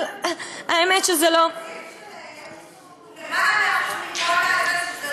אבל האמת שזה לא, התקציב שלהם הוא למעלה מ-1%,